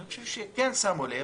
אני חושב שכן שמו לב,